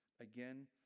Again